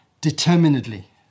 determinedly